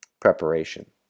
preparation